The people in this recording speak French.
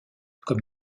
comme